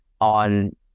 on